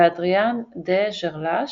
ואדריאן דה ז'רלאש,